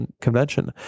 convention